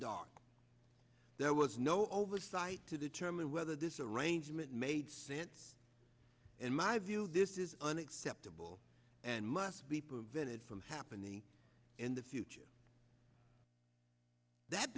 dark there was no oversight to determine whether this arrangement made sense in my view this is unacceptable and must be prevented from happening in the future that